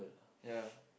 ya